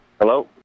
hello